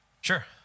Sure